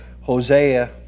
Hosea